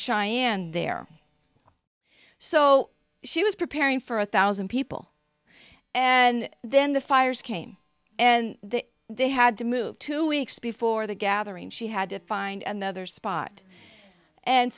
cheyanne there so she was preparing for a thousand people and then the fires came and they had to move two weeks before the gathering she had to find another spot and